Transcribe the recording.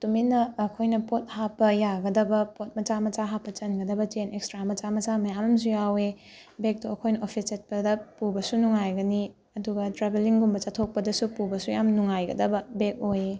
ꯇꯨꯃꯤꯟꯅ ꯑꯩꯈꯣꯏꯅ ꯄꯣꯠ ꯍꯥꯞꯄ ꯌꯥꯒꯗꯕ ꯄꯣꯠ ꯃꯆꯥ ꯃꯆꯥ ꯍꯥꯞꯄ ꯆꯟꯒꯗꯕ ꯆꯦꯟ ꯑꯦꯛꯁꯇ꯭ꯔꯥ ꯃꯆꯥ ꯃꯆꯥ ꯃꯌꯥꯝ ꯑꯝꯁꯨ ꯌꯥꯎꯑꯦ ꯕꯦꯛꯇꯣ ꯑꯩꯈꯣꯏꯅ ꯐꯣꯐꯤꯁ ꯆꯠꯄꯗ ꯄꯨꯕꯁꯨ ꯅꯨꯡꯉꯥꯏꯒꯅꯤ ꯑꯗꯨꯒ ꯇ꯭ꯔꯦꯚꯦꯜꯂꯤꯡꯒꯨꯝꯕ ꯆꯠꯊꯣꯛꯄꯗꯁꯨ ꯄꯨꯕꯁꯨ ꯌꯥꯝ ꯅꯨꯡꯉꯥꯏꯒꯗꯕ ꯕꯦꯛ ꯑꯣꯏꯑꯦ